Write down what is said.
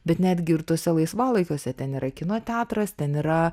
bet netgi ir tuose laisvalaikiuose ten yra kino teatras ten yra